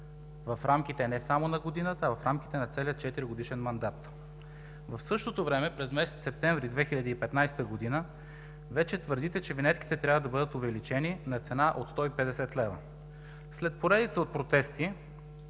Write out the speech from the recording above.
в рамките не само на годината, а в рамките на целия четиригодишен мандат. В същото време през месец септември 2015 г. вече твърдите, че винетките трябва да бъдат увеличени на цена от 150 лв. След поредица от протести